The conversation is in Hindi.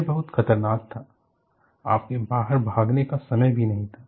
यह बहुत खतरनाक था आपके बाहर भागने का समय भी नहीं था